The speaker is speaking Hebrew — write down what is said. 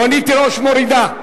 רונית תירוש מורידה,